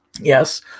yes